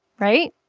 right?